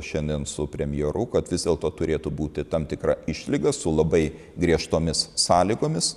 šiandien su premjeru kad vis dėlto turėtų būti tam tikra išlyga su labai griežtomis sąlygomis